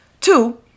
Two